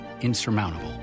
insurmountable